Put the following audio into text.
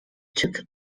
took